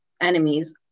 enemies